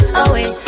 away